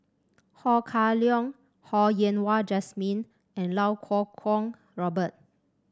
Ho Kah Leong Ho Yen Wah Jesmine and Iau Kuo Kwong Robert